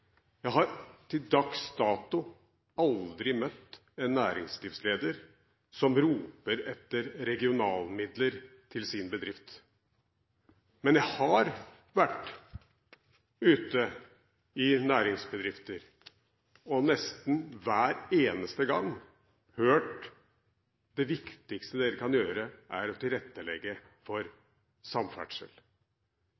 jeg har til dags dato aldri møtt en næringslivsleder som roper etter regionalmidler til sin bedrift. Men jeg har vært ute i næringsbedrifter og nesten hver eneste gang hørt: Det viktigste dere kan gjøre, er å tilrettelegge for